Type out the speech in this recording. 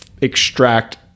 extract